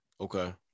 Okay